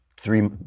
three